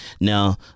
Now